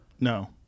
no